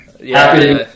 Happy